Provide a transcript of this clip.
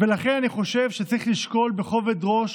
לכן אני חושב שצריך לשקול בכובד ראש,